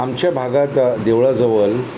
आमच्या भागात देवळा जवळ